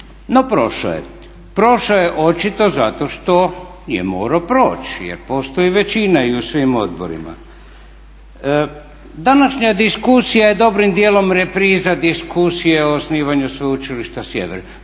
no prošao je. Prošao je očito zato što je morao proći jer postoji većina i u svim odborima. Današnja diskusija je dobrim dijelom repriza diskusije o osnivanju Sveučilišta Sjever.